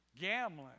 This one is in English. gambling